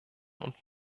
und